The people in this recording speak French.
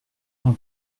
non